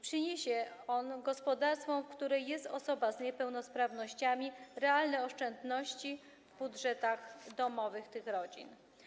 Przyniesie on gospodarstwom, w których jest osoba z niepełnosprawnościami, realne oszczędności w budżetach domowych tych rodzin.